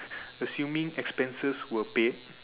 assuming expenses were paid